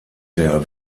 der